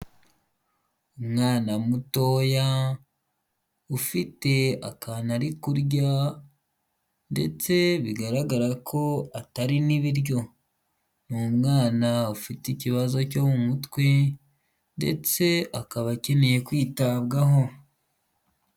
Umwana mutoya ufite akantu ari kurya ndetse bigaragara ko atari n'ibiryo, ni umwana ufite ikibazo cyo mu mutwe, ndetse akaba akeneye kwitabwaho.